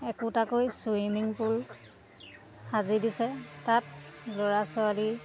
একোটাকৈ swimming pool সাজি দিছে তাত ল'ৰা ছোৱালী